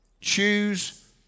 Choose